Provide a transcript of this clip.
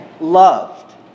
loved